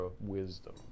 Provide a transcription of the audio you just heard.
wisdom